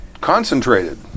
concentrated